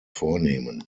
vornehmen